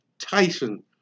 tyson